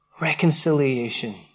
Reconciliation